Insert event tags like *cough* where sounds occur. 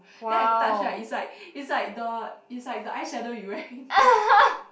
*breath* then I touch right it's like it's like the it's like the eyeshadow you wearing *laughs*